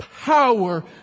power